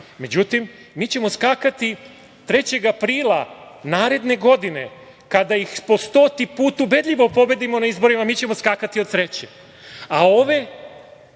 Međutim, mi ćemo skakati 3. aprila naredne godine kada ih po stoti put ubedljivo pobedimo na izborima, mi ćemo skakati od sreće, a ove